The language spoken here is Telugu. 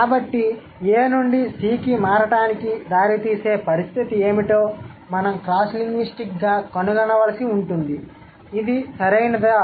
కాబట్టిA నుండి C కి మారడానికి దారితీసే పరిస్థితి ఏమిటో మనం క్రాస్ లింగ్విస్టిక్గా కనుగొనవలసి ఉంటుంది ఇది సరియైనదా